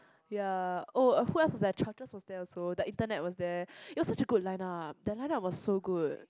ya oh uh who else was there was there also the Internet was there it was such a good line up that line up was so good